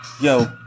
Yo